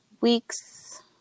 weeks